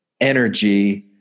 energy